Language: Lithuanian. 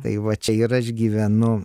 tai va čia ir aš gyvenu